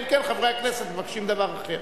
חוק ומשפט נתקבלה.